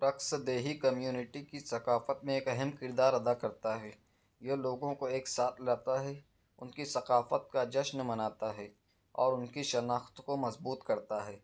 رقص دیہی کمیونٹی کی ثقافت میں ایک اہم کردار ادا کرتا ہے یہ لوگوں کو ایک ساتھ لاتا ہے ان کی ثقافت کا جشن مناتا ہے اور ان کی شناخت کو مضبوط کرتا ہے